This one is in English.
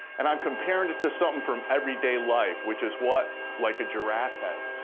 and i'm comparing to to something from everyday life, which is what? like a giraffe head.